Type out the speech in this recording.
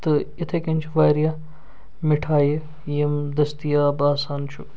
تہٕ یِتھٕے کٔنۍ چھِ واریاہ مِٹھایہِ یِم دٔستیاب آسان چھُ